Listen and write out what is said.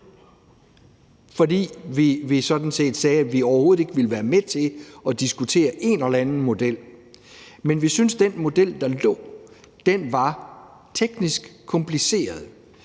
fordi vi sagde, at vi overhovedet ikke ville være med til at diskutere en eller anden model, men vi syntes, at den model, der lå, var teknisk kompliceret.